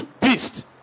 beast